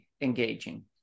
engaging